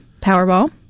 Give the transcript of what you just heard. Powerball